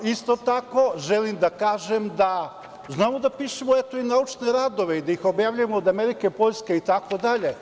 Isto tako, želim da kažem da znamo da pišemo i naučne radove i da ih objavljujemo, od Amerike, Poljske itd.